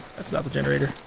that's not the generator.